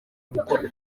byagakwiye